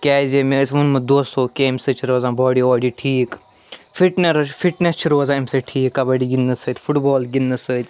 کیٛازِ مےٚ ٲسۍ ووٚنمُت دوستو کہِ اَمہِ سۭتۍ چھِ روزان باڈی واڈی ٹھیٖک فِٹنَر فِٹنیٚس چھِ روزان اَمہِ سۭتۍ ٹھیٖک کَبَڈی گِنٛدنہٕ سۭتۍ فُٹبال گِنٛدنہٕ سۭتۍ